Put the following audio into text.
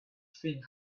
thing